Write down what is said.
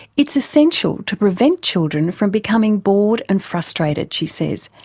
it's essential to prevent children from becoming bored and frustrated she says,